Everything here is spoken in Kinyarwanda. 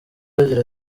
agira